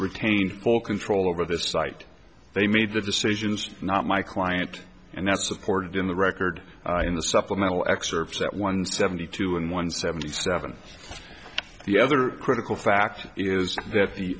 retain full control over this site they made the decisions not my client and that supported in the record in the supplemental excerpts that one seventy two and one seventy seven the other critical fact is that the